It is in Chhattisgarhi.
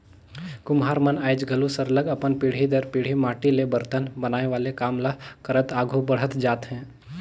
कुम्हार मन आएज घलो सरलग अपन पीढ़ी दर पीढ़ी माटी ले बरतन बनाए वाले काम ल करत आघु बढ़त जात हें